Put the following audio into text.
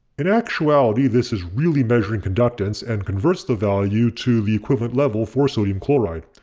in actuality this is really measuring conductance and converts the value to the equivalent level for sodium chloride.